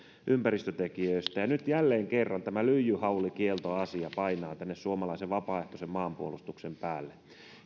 ympäristötekijöistä ja nyt jälleen kerran tämä lyijyhaulikieltoasia painaa suomalaisen vapaaehtoisen maanpuolustuksen päälle